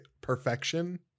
perfection